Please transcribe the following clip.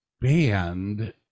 band